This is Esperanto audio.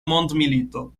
mondmilito